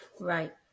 Right